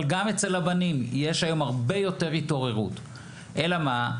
אבל גם אצל הבנים יש היום הרבה יותר התעוררות אלא מה,